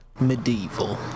medieval